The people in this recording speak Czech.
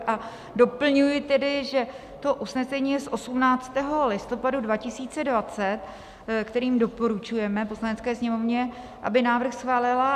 A doplňuji tedy, že to usnesení je z 18. listopadu 2020, kterým doporučujeme Poslanecké sněmovně, aby návrh schválila.